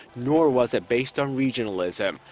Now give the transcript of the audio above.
nor was it based on regionalism,